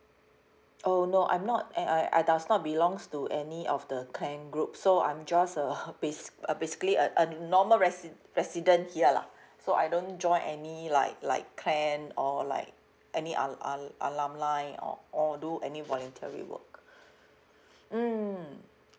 oh no I'm not a~ I I does not belongs to any of the clan groups so I'm just a bas~ uh basically a a normal resi~ resident here lah so I don't join any like like clan or like any other al~ al~ alumni or or do any voluntary work mm